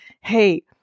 hey